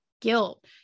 guilt